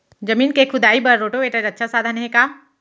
जमीन के जुताई बर रोटोवेटर अच्छा साधन हे का?